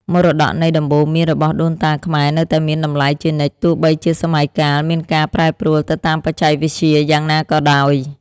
មរតកនៃដំបូន្មានរបស់ដូនតាខ្មែរនៅតែមានតម្លៃជានិច្ចទោះបីជាសម័យកាលមានការប្រែប្រួលទៅតាមបច្ចេកវិទ្យាយ៉ាងណាក៏ដោយ។